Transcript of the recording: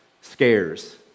scares